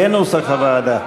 כנוסח הוועדה.